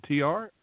TR